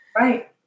Right